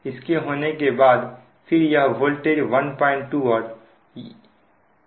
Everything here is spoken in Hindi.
इसके होने के बाद फिर यह वोल्टेज 12 और 1 यह समान रहेंगे